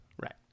Right